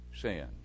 sins